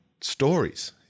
stories